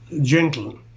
gentle